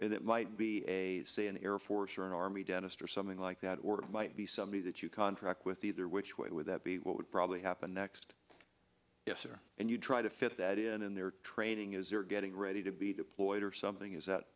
and it might be a say in sure an army dentist or something like that or it might be somebody that you contract with either which way would that be what would probably happen next yes or and you try to fit that in in their training is you're getting ready to be deployed or something is that